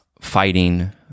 fighting